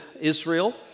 Israel